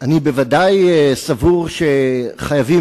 אני בוודאי סבור שחייבים